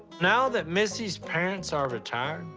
now that missy's parents are retired,